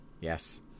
Yes